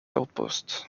outpost